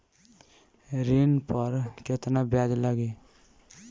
ऋण पर केतना ब्याज लगी?